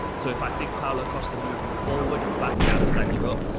so, if, i think, paulo costa moving forward and backing adesanya up,